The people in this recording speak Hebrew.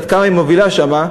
עד כמה היא מובילה שם,